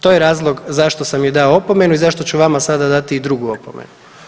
To je razlog zašto sam joj dao opomenu i zašto ću vama sada dati i drugu opomenu.